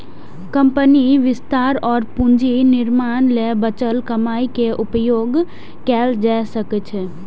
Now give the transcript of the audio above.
कंपनीक विस्तार और पूंजी निर्माण लेल बचल कमाइ के उपयोग कैल जा सकै छै